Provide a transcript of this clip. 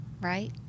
Right